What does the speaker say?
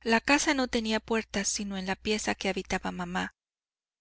la casa no tenía puertas sino en la pieza que habitaba mamá